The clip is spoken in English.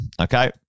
okay